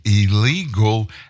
illegal